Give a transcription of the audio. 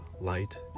light